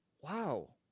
Wow